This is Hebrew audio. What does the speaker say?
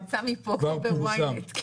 זה כבר פורסם בוו'יינט.